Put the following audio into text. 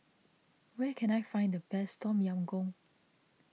where can I find the best Tom Yam Goong